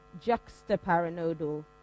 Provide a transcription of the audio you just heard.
juxtaparanodal